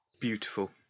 Beautiful